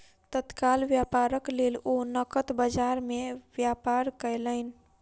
तत्काल व्यापारक लेल ओ नकद बजार में व्यापार कयलैन